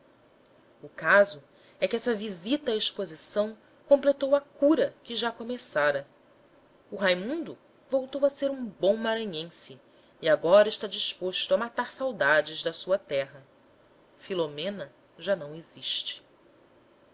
o caso é que essa visita à exposição completou a cura que já começara o raimundo voltou a ser um bom maranhense e agora está disposto a matar saudades da sua terra filomena já não existe